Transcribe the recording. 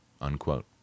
unquote